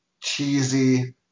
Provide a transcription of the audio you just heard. cheesy